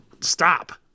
Stop